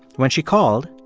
when she called,